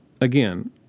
again